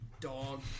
dog